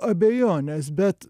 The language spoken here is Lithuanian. abejonės bet